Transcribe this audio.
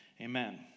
amen